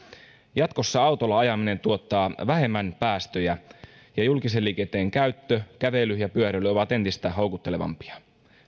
jatkossa autolla ajaminen tuottaa vähemmän päästöjä ja julkisen liikenteen käyttö kävely ja pyöräily ovat entistä houkuttelevampia